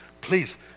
Please